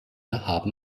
haben